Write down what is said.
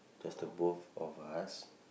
just the both of us